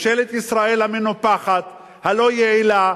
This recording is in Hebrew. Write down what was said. וממשלת ישראל המנופחת, הלא-יעילה,